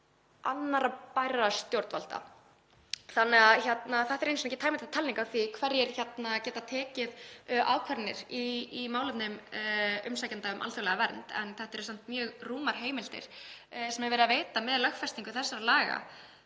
öðrum bærum stjórnvöldum. Þetta er ekki tæmandi talning á því hverjir geta tekið ákvarðanir í málefnum umsækjenda um alþjóðlega vernd en þetta eru samt mjög rúmar heimildir sem er verið að veita með lögfestingu þessara laga.